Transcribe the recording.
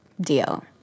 deal